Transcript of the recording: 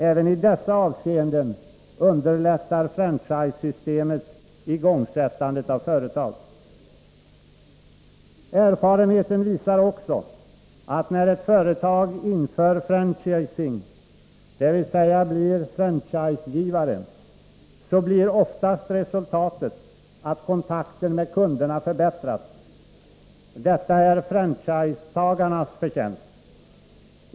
Även i dessa avseenden underlättar franchisesystemet igångsättandet av företag. Erfarenheten visar också att när ett företag inför franchising — dvs. blir franchisegivare — så blir oftast resultatet att kontakten med kunderna förbättras. Detta är franchisetagarnas förtjänst.